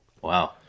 Wow